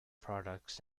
products